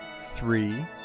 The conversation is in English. three